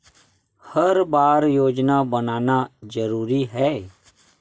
हर बार योजना बनाना जरूरी है?